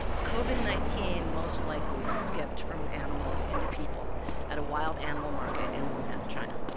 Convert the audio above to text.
covid nineteen most likely skipped from animals into people at a wild animal market in wuhan, china.